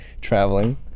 traveling